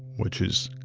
which is,